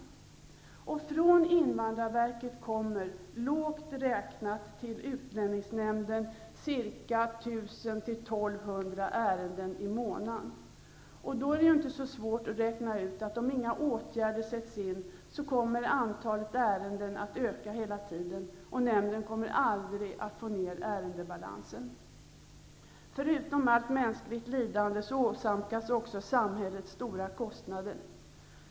Från invandrarverket till utlänningsnämnden kommer, lågt räknat, 1 000--1 200 ärenden i månaden. Det är då inte så svårt att räkna ut att om inga åtgärder vidtas, kommer antalet ärenden hela tiden att öka, och nämnden kommer aldrig att få ned ärendebalansen. Förutom allt mänskligt lidande åsamkas också samhället stora kostnader.